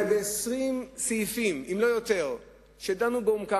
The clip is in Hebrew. אולי ב-20 סעיפים, אם לא יותר, שדנו לעומק.